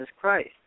Christ